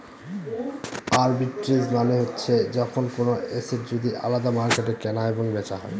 arbitrage মানে হচ্ছে যখন কোনো এসেট যদি আলাদা মার্কেটে কেনা এবং বেচা হয়